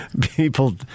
People